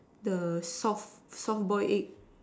the soft soft boil egg